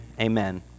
amen